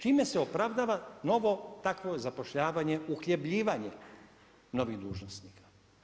Čime se opravdava novo takvo zapošljavanje uhljebljivanje novih dužnosnika.